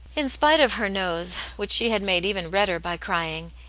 in spite of her nose, which she had made even redder by crying,